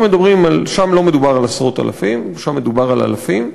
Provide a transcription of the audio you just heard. שם לא מדובר על עשרות אלפים, שם מדובר על אלפים,